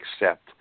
accept